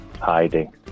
hiding